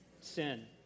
Sin